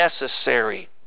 necessary